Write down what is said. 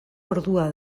ordua